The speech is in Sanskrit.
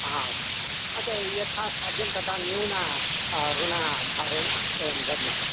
ह अस्तु अस्तु अत् यथा साध्यं तद् न्यून ऋणभावेन वयं दद्मः